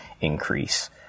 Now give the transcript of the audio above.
increase